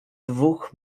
dwóch